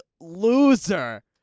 loser